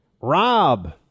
Rob